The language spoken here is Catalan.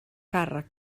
càrrec